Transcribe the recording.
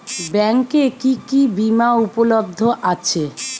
ব্যাংকে কি কি বিমা উপলব্ধ আছে?